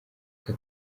aka